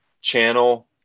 Channel